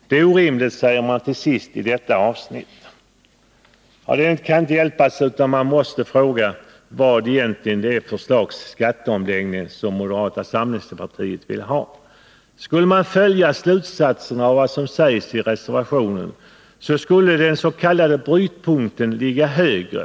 Detta är orimligt, säger man till sist i detta avsnitt. Det kan inte hjälpas, man måste faktiskt fråga sig vad för slags skatteomläggning moderata samlingspartiet egentligen vill ha. Skall man dra slutsatser av vad som sägs i reservationen, skall den s.k. brytpunkten ligga högre.